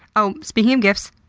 um speaking of gifts,